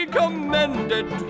commended